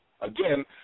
Again